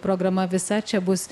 programa visa čia bus